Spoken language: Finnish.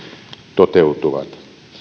toteutuvat